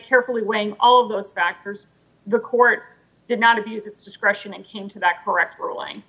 carefully weighing all those factors the court did not abuse of discretion and came to that correct ruling